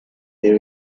gave